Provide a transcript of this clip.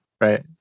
right